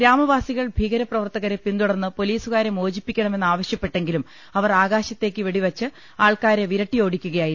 ഗ്രാമവാസികൾ ഭീകര പ്രവർത്തകരെ പിന്തുടർന്ന് പൊലീസുകാരെ മോചിപ്പിക്കണമെന്ന് ആവശൃപ്പെട്ടെങ്കിലും അവർ ആകാശത്തേക്ക് വെടിവെച്ച് ആൾക്കാരെ വിരട്ടിയോടിക്കുകയായിരുന്നു